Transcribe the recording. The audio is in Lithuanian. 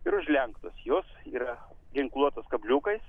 ir užlenktos jos yra ginkluotos kabliukais